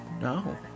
No